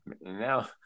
Now